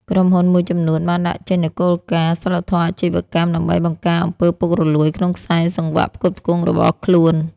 ក្រុមហ៊ុនមួយចំនួនបានដាក់ចេញនូវគោលការណ៍ "សីលធម៌អាជីវកម្ម" ដើម្បីបង្ការអំពើពុករលួយក្នុងខ្សែសង្វាក់ផ្គត់ផ្គង់របស់ខ្លួន។